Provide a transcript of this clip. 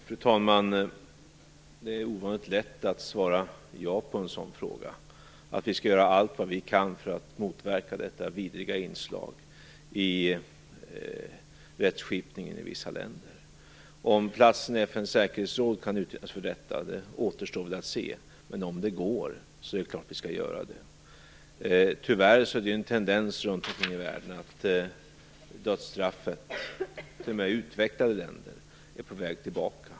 Fru talman! Det är ovanligt lätt att svara ja på en sådan fråga. Vi skall göra allt vad vi kan för att motverka detta vidriga inslag i rättsskipningen i vissa länder. Om platsen i FN:s säkerhetsråd kan utnyttjas för detta återstår att se, men om det går är det klart att vi skall göra det. Tyvärr är det en tendens runt om i världen att dödsstraffet, t.o.m. i utvecklade länder, är på väg tillbaka.